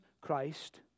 Christ